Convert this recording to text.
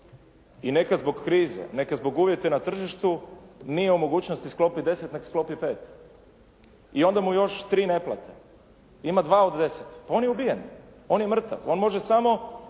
i neka zbog krize, neka zbog uvjeta na tržištu nije u mogućnosti sklopiti 10, nego sklopi 5 i onda mu još 3 ne plate. Ima 2 od 10. On je ubijen. On je mrtav. On može samo